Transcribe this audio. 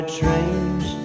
trains